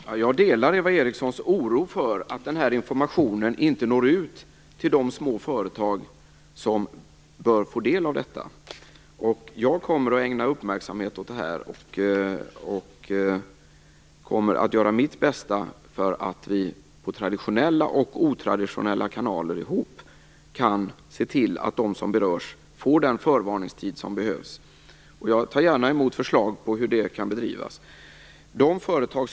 Herr talman! Jag delar Eva Erikssons oro för att den här informationen inte når ut till de små företag som bör få del av den. Jag kommer att ägna uppmärksamhet åt det här och göra mitt bästa för att vi med traditionella och otraditionella kanaler kan se till att de som berörs får den förvarningstid som behövs. Jag tar gärna emot förslag på hur det arbetet kan bedrivas.